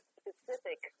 specific